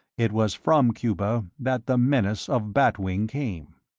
it was from cuba that the menace of bat wing came.